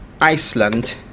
Iceland